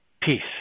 Peace